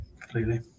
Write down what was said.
completely